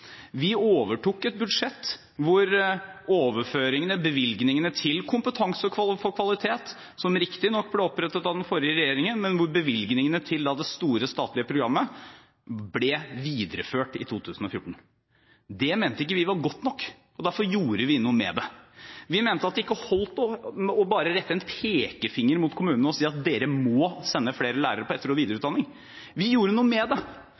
Vi overtok et budsjett hvor bevilgningene til det store statlige programmet Kompetanse for kvalitet, som riktignok ble opprettet av den forrige regjeringen, ble videreført i 2014. Det mente vi ikke var godt nok, og derfor gjorde vi noe med det. Vi mente at det ikke holdt bare å rette en pekefinger mot kommunene og si at dere må sende flere lærere på etter- og videreutdanning. Vi gjorde noe med det.